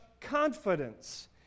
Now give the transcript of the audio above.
confidence